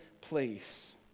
place